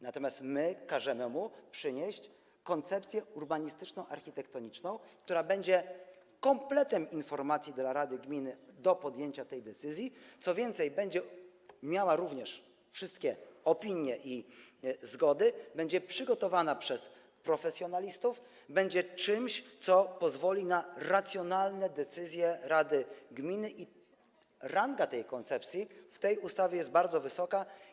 Natomiast my każemy mu przynieść koncepcję urbanistyczno-architektoniczną, która będzie kompletem informacji dla rady gminy, podstawą do podjęcia tej decyzji, co więcej, będzie miała również wszystkie opinie i zgody, będzie przygotowana przez profesjonalistów, będzie czymś, co pozwoli na racjonalne decyzje rady gminy, i ranga tej koncepcji w tej ustawie jest bardzo wysoka.